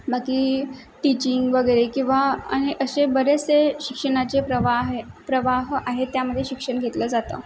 बाकी टीचिंग वगैरे किंवा असे बरेचसे शिक्षणाचे प्रवा प्रवाह आहेत त्यामध्ये शिक्षण घेतलं जातं